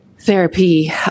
therapy